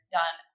done